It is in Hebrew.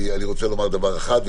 אני רוצה לומר דבר אחד,